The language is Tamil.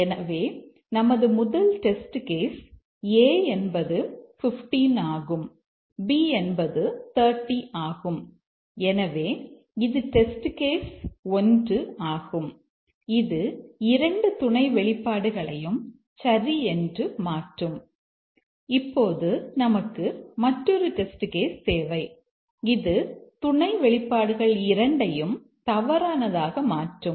எனவே நமது முதல் டெஸ்ட் கேஸ் தேவை இது துணை வெளிப்பாடுகள் இரண்டையும் தவறானதாக மாற்றும்